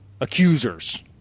accusers